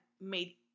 made